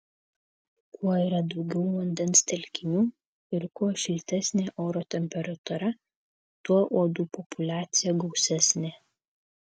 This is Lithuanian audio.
kuo yra daugiau vandens telkinių ir kuo šiltesnė oro temperatūra tuo uodų populiacija gausesnė